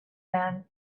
man